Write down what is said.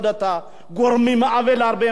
גורמים עוול להרבה מאוד אנשים,